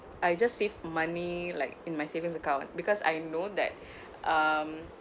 I just save money like in my savings account because I know that um